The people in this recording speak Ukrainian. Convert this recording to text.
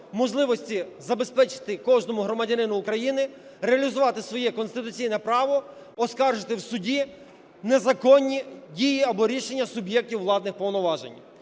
можливості забезпечити кожному громадянину України реалізувати своє конституційне право оскаржити в суді незаконні дії або рішення суб'єктів владних повноважень.